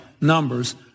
numbers